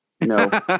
No